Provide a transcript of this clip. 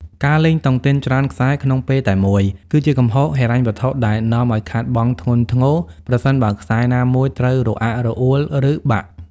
ការលេងតុងទីនច្រើនខ្សែក្នុងពេលតែមួយ គឺជាកំហុសហិរញ្ញវត្ថុដែលនាំឱ្យខាតបង់ធ្ងន់ធ្ងរ ប្រសិនបើខ្សែណាមួយត្រូវរអាក់រអួល ឬបាក់។